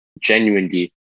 genuinely